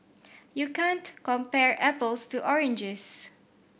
you can't compare apples to oranges